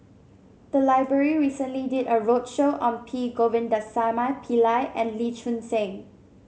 the library recently did a roadshow on P Govindasamy Pillai and Lee Choon Seng